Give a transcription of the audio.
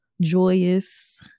joyous